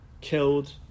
killed